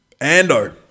Ando